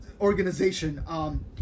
organization